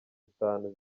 itanu